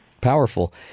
Powerful